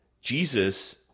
Jesus